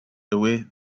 away